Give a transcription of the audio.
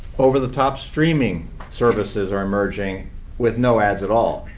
over-the-top streaming services are emerging with no ads at all.